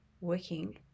working